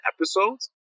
episodes